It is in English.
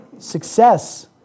Success